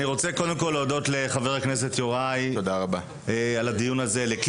קודם כל להודות לחבר הכנסת יוראי, על הדיון הזה.